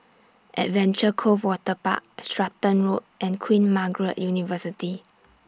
Adventure Cove Waterpark Stratton Road and Queen Margaret University